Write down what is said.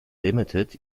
limited